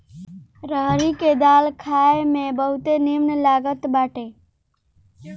रहरी के दाल खाए में बहुते निमन लागत बाटे